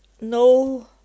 no